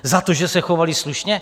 Za to, že se chovali slušně?